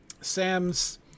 Sam's